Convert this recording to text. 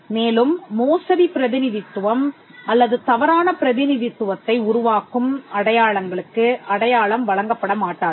மேலும் மோசடி பிரதிநிதித்துவம் அல்லது தவறான பிரதிநிதித்துவத்தை உருவாக்கும் அடையாளங்களுக்கு அடையாளம் வழங்கப்படமாட்டாது